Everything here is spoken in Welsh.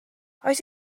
oes